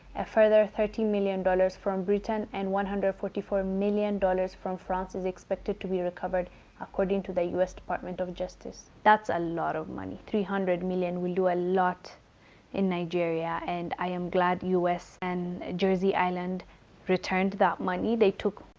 a further thirteen million dollars from britain and one hundred and forty four million dollars from france is expected to be recovered according to the u s. department of justice. that's a lot of money. three hundred million will do a lot in nigeria, and i am glad u s. and jersey island returned that money they took.